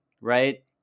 right